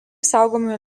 saugomi